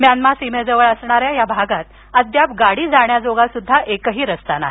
Myanmar सीमेजवळ असणाऱ्या या भागात अद्याप गाडी जाण्याजोगा एकही रस्ता नाही